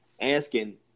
asking